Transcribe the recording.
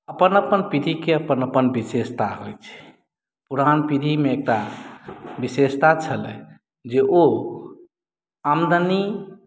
अपन अपन पीढ़ीके अपन अपन विशेषता होइत छै पुरान पीढ़ीमे एकटा विशेषता छलै जे ओ आमदनी